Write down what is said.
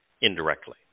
indirectly